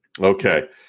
okay